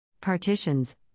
Partitions